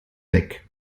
weg